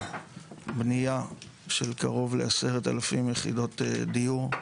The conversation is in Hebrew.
בנייה של קרוב ל-10,000 יחידות דיור,